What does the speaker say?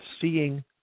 seeing